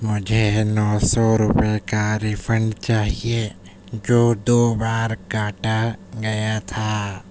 مجھے نو سو روپے کا ریفنڈ چاہیے جو دو بار کاٹا گیا تھا